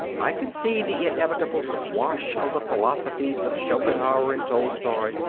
i can see the inevitable smash of the philosophies of schopenhauer and tolstoy,